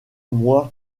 moy